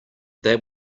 they